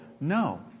no